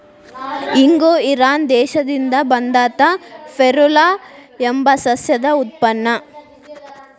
ಇಂಗು ಇರಾನ್ ದೇಶದಿಂದ ಬಂದಂತಾ ಫೆರುಲಾ ಎಂಬ ಸಸ್ಯದ ಉತ್ಪನ್ನ